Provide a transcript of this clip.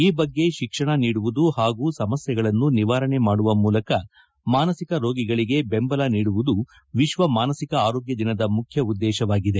ಈ ಬಗ್ಗೆ ಶಿಕ್ಷಣ ನೀಡುವುದು ಹಾಗೂ ಸಮಸ್ಥೆಗಳನ್ನು ನಿವಾರಣೆ ಮಾಡುವ ಮೂಲಕ ಮಾನಸಿಕ ರೋಗಿಗಳಿಗೆ ಬೆಂಬಲ ನೀಡುವುದು ವಿಶ್ವ ಮಾನಸಿಕ ಆರೋಗ್ಯ ದಿನದ ಮುಖ್ಯ ಉದ್ದೇಶವಾಗಿದೆ